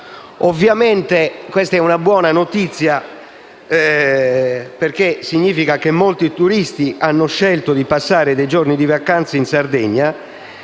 Ovviamente questa è una buona notizia, perché significa che molti turisti hanno scelto di passare dei giorni di vacanza in Sardegna.